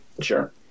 Sure